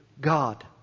God